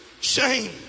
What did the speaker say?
shame